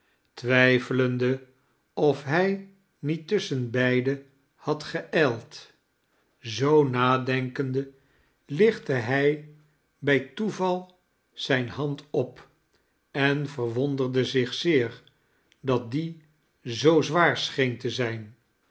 twijfelende of hij niet tusschenbeide had geijld zoo nadenkende lichtte hij bij toeval zijne hand op en verwonderde zich zeer dat die zoo zwaar scheen te zijn